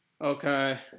Okay